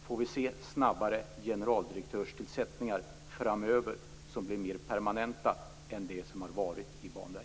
Får vi framöver se snabbare och mer permanenta generaldirektörstillsättningar än vad som har varit fallet i Banverket?